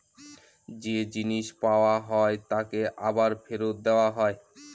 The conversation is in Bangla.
যে জিনিস পাওয়া হয় তাকে আবার ফেরত দেওয়া হয়